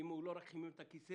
אם הוא לא רק חימם את הכיסא,